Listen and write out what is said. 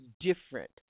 different